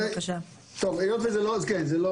אני לא